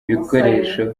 ibikoresho